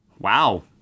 Wow